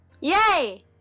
Yay